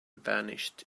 vanished